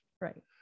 right